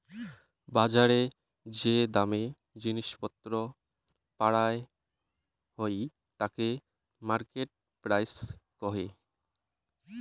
বজারে যে দামে জিনিস পত্র পারায় হই তাকে মার্কেট প্রাইস কহে